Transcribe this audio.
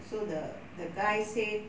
so the the guy say